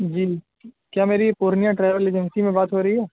جی کیا میری Purnia travel agency میں بات ہو رہی ہے